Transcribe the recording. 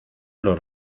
los